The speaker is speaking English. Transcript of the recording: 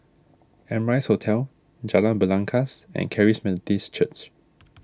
Amrise Hotel Jalan Belangkas and Charis Methodist Church